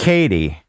Katie